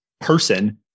person